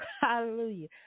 Hallelujah